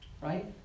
right